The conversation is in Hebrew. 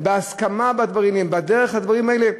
בהסכמה בדברים, בדרך הדברים האלה,